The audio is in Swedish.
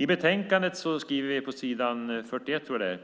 I betänkandet på s. 42 skriver vi: